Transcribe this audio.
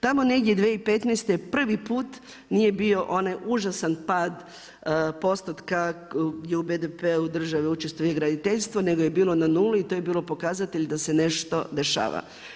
Tamo negdje 2015. prvi put nije bio onaj užasan pad postotka u BDP, država učestaju u graditeljstvu, nego je bilo na nuli i to je bilo pokazatelj da se nešto dešava.